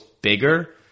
bigger